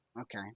Okay